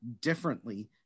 differently